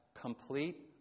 complete